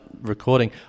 recording